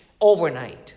overnight